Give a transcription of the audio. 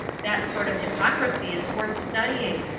that sort of hypocrisy is worth studying.